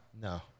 No